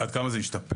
עד כמה זה השתפר?